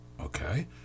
Okay